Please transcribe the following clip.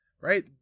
Right